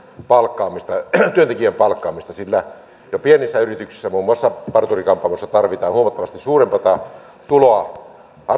työntekijän palkkaamista sillä jo pienissä yrityksissä muun muassa parturi kampaamoissa tarvitaan huomattavasti suurempaa tuloa